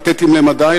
פתטיים למדי,